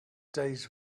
days